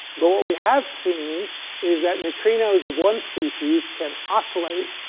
but what we have seen is that neutrinos of one species can oscillate